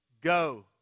Go